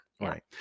Right